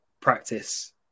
practice